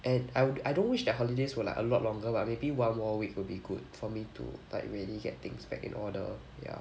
and I would I don't wish that holidays were like a lot longer but maybe one more week will be good for me to like really get things back in order ya